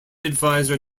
advisor